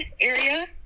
area